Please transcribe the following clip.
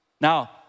Now